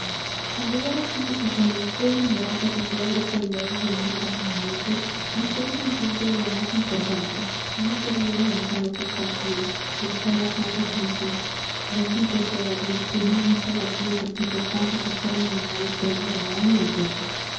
al llegar aquí y cuando después de enumerar casi todas las cualidades de hombre tan eminente me encuentro enfrente de la más importante no puedo menos de alzar los ojos al cielo cruzar las manos y decir bendito sea dios que en una sola pieza puso tantas y tan admirables prendas del alma y del cuerpo